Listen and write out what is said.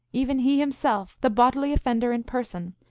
even he himself, the bodily offender in person,